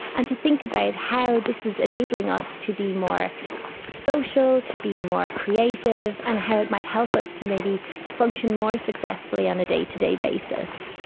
and to think about how this is enabling us to be more social, to be more creative, and how it might help us to maybe function more successfully on a day-to-day basis.